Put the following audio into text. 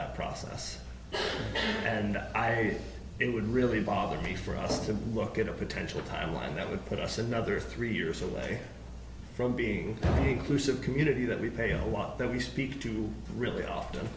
that process and i knew it would really bother me for us to look at a potential timeline that would put us another three years away from being inclusive community that we pay a lot that we speak to really often